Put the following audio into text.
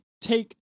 take